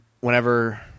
whenever